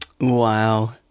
Wow